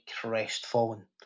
crestfallen